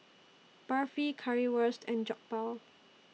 Barfi Currywurst and Jokbal